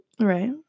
Right